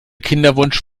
kinderwunsch